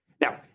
Now